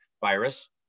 virus